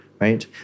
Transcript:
right